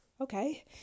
okay